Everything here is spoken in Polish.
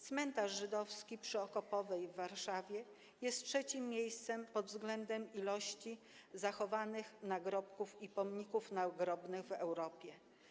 Cmentarz żydowski przy Okopowej w Warszawie jest trzecim miejscem pod względem ilości zachowanych nagrobków i pomników nagrobnych w Europie.